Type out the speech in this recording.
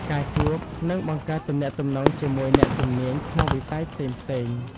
ការជួប និងបង្កើតទំនាក់ទំនងជាមួយអ្នកជំនាញក្នុងវិស័យផ្សេងៗ។